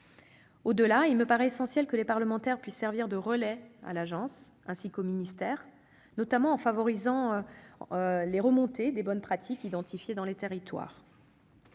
Au-delà, il me paraît essentiel que les parlementaires puissent servir de relais à l'Agence ainsi qu'au ministère, notamment en faisant remonter les bonnes pratiques identifiées dans les territoires.